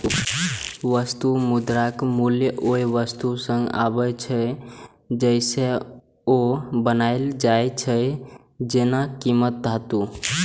वस्तु मुद्राक मूल्य ओइ वस्तु सं आबै छै, जइसे ओ बनायल जाइ छै, जेना कीमती धातु